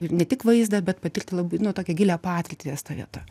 ir ne tik vaizdą bet patirti labai nu tokią gilią patirtį ties ta vieta